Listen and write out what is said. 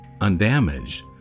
undamaged